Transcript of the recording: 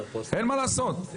אין מה לעשות.